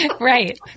Right